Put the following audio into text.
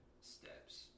steps